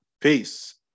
Peace